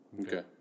Okay